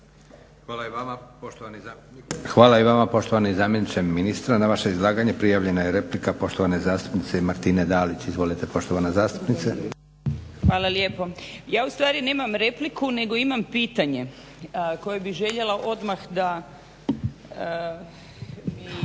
Hvala i vama poštovani zamjeniče ministra. Na vaše izlaganje prijavljena je replika poštovane zastupnice Martine Dalić. Izvolite poštovana zastupnice. **Dalić, Martina (HDZ)** Hvala lijepo. Ja u stvari nemam repliku nego imam pitanje koje bih željela odmah da